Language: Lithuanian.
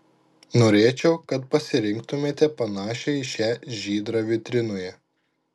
norėčiau kad parinktumėte panašią į šią žydrą vitrinoje